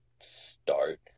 Start